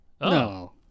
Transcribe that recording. No